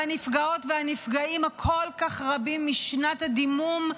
בנפגעות והנפגעים הכל-כך רבים משנת הדימום,